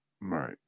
Right